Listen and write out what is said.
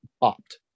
opt